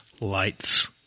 lights